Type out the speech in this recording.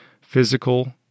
physical